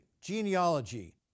genealogy